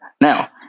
Now